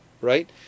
right